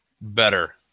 better